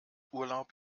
urlaub